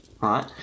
right